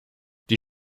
die